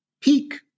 peak